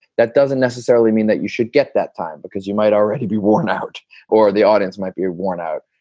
that doesn't necessarily mean that you should get that time because you might already be worn out or the audience might be worn out.